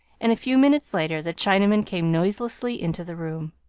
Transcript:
and a few minutes later the chinaman came noiselessly into the room.